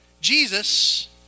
Jesus